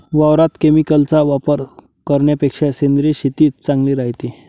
वावरात केमिकलचा वापर करन्यापेक्षा सेंद्रिय शेतीच चांगली रायते